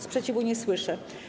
Sprzeciwu nie słyszę.